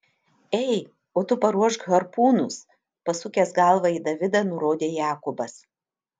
ei o tu paruošk harpūnus pasukęs galvą į davidą nurodė jakobas